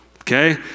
okay